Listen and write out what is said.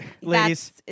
ladies